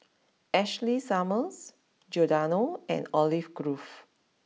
Ashley Summers Giordano and Olive Grove